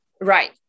Right